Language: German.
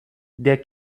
der